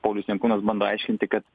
paulius jankūnas bando aiškinti kad